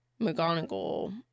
McGonagall